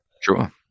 sure